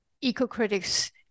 eco-critics